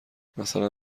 مثلا